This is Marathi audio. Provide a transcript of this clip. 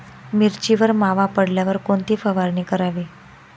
मिरचीवर मावा पडल्यावर कोणती फवारणी करावी?